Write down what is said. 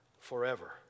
forever